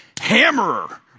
hammerer